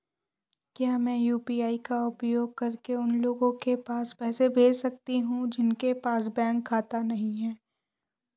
क्या मैं यू.पी.आई का उपयोग करके उन लोगों के पास पैसे भेज सकती हूँ जिनके पास बैंक खाता नहीं है?